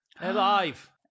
Alive